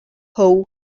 how